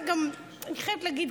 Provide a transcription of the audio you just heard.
אני חייבת להגיד,